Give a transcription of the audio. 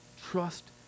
Trust